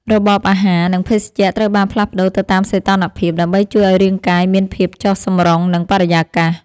របបអាហារ និងភេសជ្ជៈត្រូវបានផ្លាស់ប្តូរទៅតាមសីតុណ្ហភាពដើម្បីជួយឱ្យរាងកាយមានភាពចុះសម្រុងនឹងបរិយាកាស។